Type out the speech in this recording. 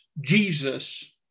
Jesus